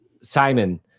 simon